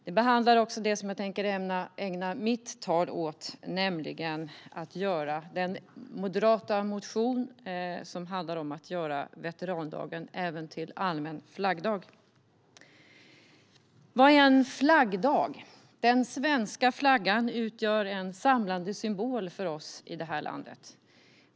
Den behandlar också det som jag tänker ägna mitt anförande åt, nämligen den moderata motion som handlar om att göra veterandagen till allmän flaggdag. Vad är en flaggdag? Den svenska flaggan utgör en samlande symbol för oss i detta land.